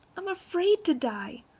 i'm afraid to die.